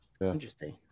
Interesting